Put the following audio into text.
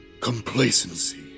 complacency